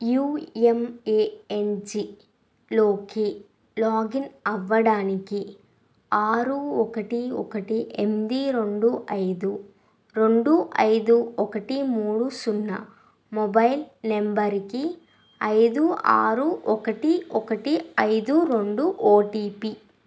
యుఎంఏఎన్జిలోకి login అవ్వడానికి ఆరు ఒకటి ఒకటి ఎనిమిది రెండు ఐదు రెండు ఐదు ఒకటి మూడు సున్నా మొబైల్ నెంబర్కి ఐదు ఆరు ఒకటి ఒకటి ఐదు రెండు ఓటిపి